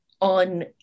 on